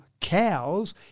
cows